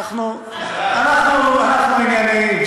אנחנו ענייניים.